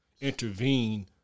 intervene